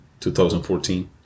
2014